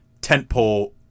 tentpole